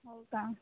हो का